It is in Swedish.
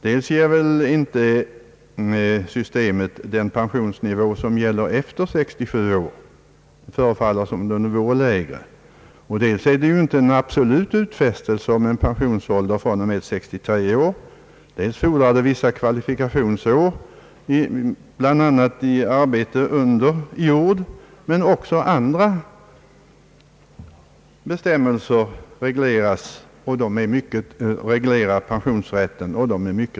Dels ger överenskommelsen inte den pensionsnivå som gäller efter 67 år, dels är villkoren mycket restriktiva i fråga om rätten till den lägre pensionsåldern. Det fordras vissa kvalifikationsår i arbete under jord, men också andra restriktiva bestämmelser reglerar pensionsrätten.